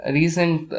recent